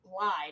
Lied